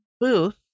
booth